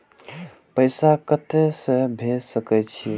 पैसा कते से भेज सके छिए?